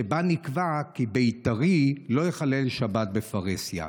שבה נקבע כי בית"רי לא יחלל שבת בפרהסיה.